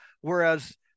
whereas